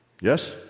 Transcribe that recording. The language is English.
Yes